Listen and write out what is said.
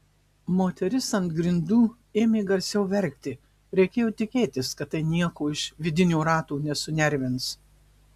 moteris ant grindų ėmė garsiau verkti reikėjo tikėtis kad tai nieko iš vidinio rato nesunervins